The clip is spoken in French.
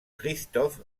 christophe